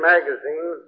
Magazine